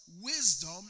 wisdom